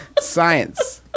Science